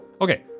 Okay